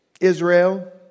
Israel